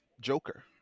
Joker